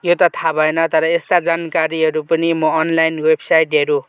यो त थाहा भएन तर यस्ता जानकारीहरू पनि म अनलाइन वेबसाइटहरू